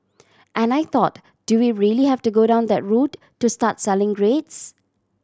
and I thought do we really have to go down that route to start selling grades